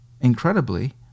incredibly